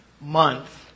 month